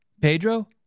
Pedro